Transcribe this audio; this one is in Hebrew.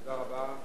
תודה רבה,